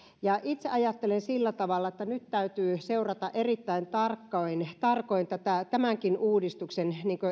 itse ajattelen sillä tavalla että nyt täytyy seurata erittäin tarkoin tämänkin uudistuksen